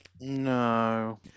No